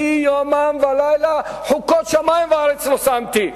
יומם ולילה חֻקות שמים וארץ לא שמתי".